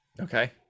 Okay